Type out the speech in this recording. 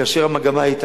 כאשר המגמה היא,